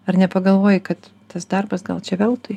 ar nepagalvoji kad tas darbas gal čia veltui